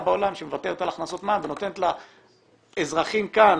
בעולם שמוותרת על הכנסות מע"מ ונותנת לאזרחים כאן,